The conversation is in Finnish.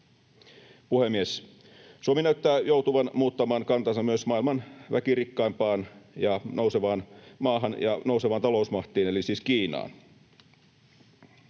Puhemies! Suomi näyttää joutuvan muuttamaan kantansa myös maailman väkirikkaimpaan ja nousevaan maahan ja nousevaan talousmahtiin eli siis Kiinaan.